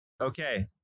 Okay